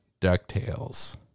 Ducktales